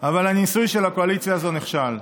אבל הניסוי של הקואליציה הזאת נכשל.